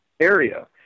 area